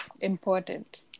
important